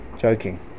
Joking